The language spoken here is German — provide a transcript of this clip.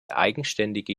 eigenständige